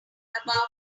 about